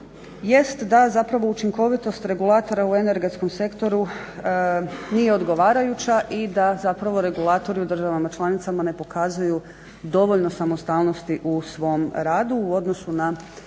jest da zapravo učinkovitost regulatora u energetskom sektoru nije odgovarajuća i da zapravo regulatori u državama članicama ne pokazuju dovoljno samostalnosti u svom radu u odnosu na